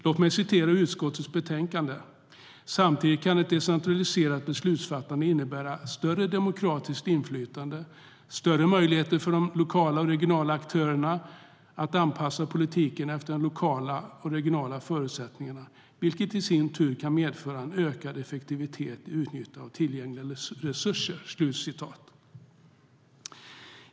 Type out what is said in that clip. Låt mig citera ur utskottets betänkande: "Samtidigt kan ett decentraliserat beslutsfattande innebära större demokratiskt inflytande och större möjligheter för de lokala och regionala aktörerna att anpassa politiken efter de olika lokala och regionala förutsättningarna, vilket i sin tur kan medföra en ökad effektivitet i utnyttjandet av tillgängliga resurser."